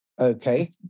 Okay